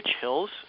Hills